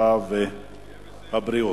הרווחה והבריאות.